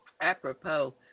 apropos